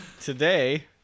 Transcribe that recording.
Today